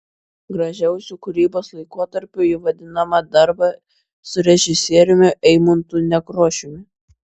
gražiausiu kūrybos laikotarpiu ji vadina darbą su režisieriumi eimuntu nekrošiumi